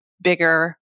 bigger